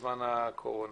בזמן הקורונה.